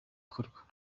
gikorwa